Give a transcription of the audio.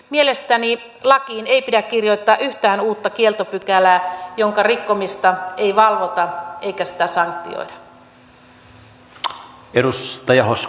mielestäni lakiin ei pidä kirjoittaa yhtään uutta kieltopykälää jonka rikkomista ei valvota ja jota ei sanktioida